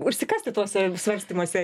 užsikasti tuose svarstymuose